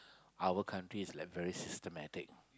our country is like very systematic